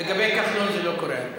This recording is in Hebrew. לגבי כחלון זה לא קורה הרבה.